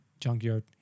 junkyard